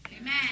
Amen